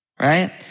Right